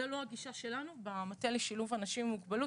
זאת לא הגישה שלנו במטה לשילוב אנשים עם מוגבלות.